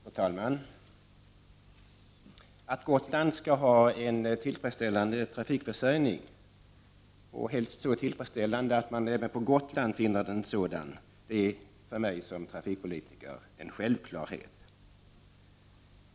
Fru talman! Att Gotland skall ha en tillfredsställande trafikförsörjning, helst så tillfredsställande att man även på Gotland finner den så, är för mig som trafikpolitiker en självklarhet.